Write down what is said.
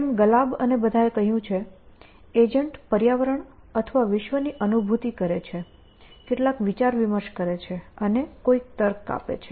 જેમ ગલાબ અને બધા એ કહ્યું છે એજન્ટ પર્યાવરણ અથવા વિશ્વની અનુભૂતિ કરે છે કેટલાક વિચાર વિમર્શ કરે છે અને કોઈ તર્ક આપે છે